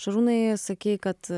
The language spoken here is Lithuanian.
šarūnai sakei kad